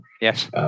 Yes